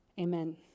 Amen